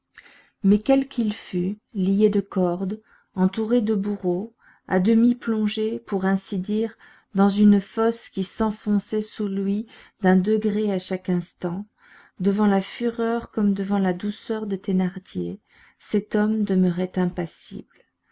mais quel qu'il fût lié de cordes entouré de bourreaux à demi plongé pour ainsi dire dans une fosse qui s'enfonçait sous lui d'un degré à chaque instant devant la fureur comme devant la douceur de thénardier cet homme demeurait impassible